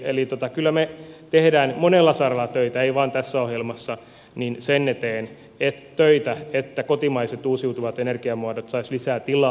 eli kyllä me teemme monella saralla töitä ei vain tässä ohjelmassa sen eteen että kotimaiset uusiutuvat energiamuodot saisivat lisää tilaa